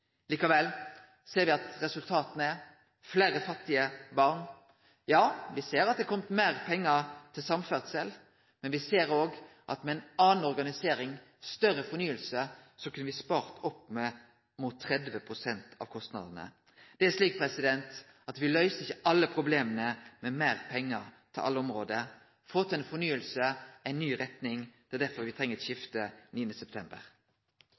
Likevel ser me at resultata er fleire fattige barn. Ja, me ser at det har komme meir pengar til samferdsel, men vi ser òg at med ei anna organisering, større fornying, kunne me ha spart opp mot 30 pst. av kostnadene. Me løyser ikkje alle problema med meir pengar til alle område. Vi ønskjer å få til fornying, ei ny retning, og det er derfor vi treng eit skifte den 9. september.